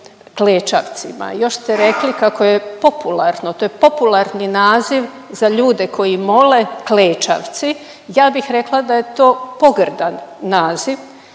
klečavcima, još ste rekli kako je popularno, to je popularni naziv za ljude koji mole, klečavci. Ja bih rekla da je to pogrdan naziv,